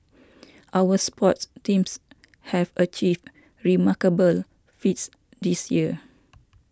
our sports teams have achieved remarkable feats this year